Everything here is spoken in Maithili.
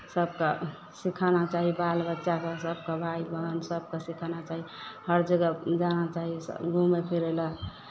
सभकेँ सिखाना चाही बालबच्चाकेँ सभकेँ भाय बहिन सभकेँ सिखाना चाही हर जगह जाना चाही घूमय फिरय लेल